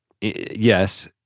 yes